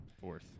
fourth